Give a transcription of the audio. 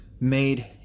made